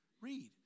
Read